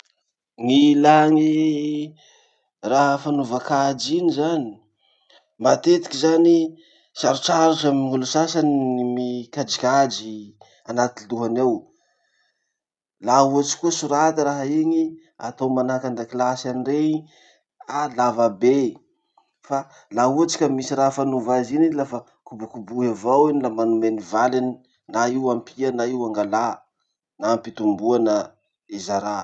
Gny ilà gny raha fanaova kajy iny zany. Matetiky zany sarotsarotsy amy olo sasany gny mikajikajy anaty lohany ao. Laha ohatsy koa sorata raha iny, atao manahaky andakilasy any rey, ah! Lava be. Fa laha ohatsy ka misy raha fanova azy iny i lafa kobokobohy avao iny la manome ny valiny, na io ampia na io angalà, na ampitomboa na i zarà.